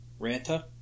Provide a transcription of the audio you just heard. Ranta